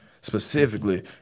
specifically